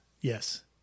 yes